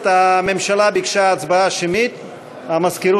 בבקשה, אדוני השר, לסיים.